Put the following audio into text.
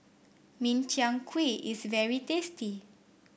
Min Chiang Kueh is very tasty